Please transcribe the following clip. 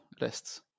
lists